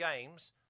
games